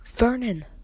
Vernon